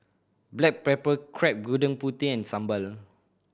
black pepper crab Gudeg Putih and sambal